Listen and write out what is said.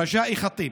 רג'א אל-ח'טיב,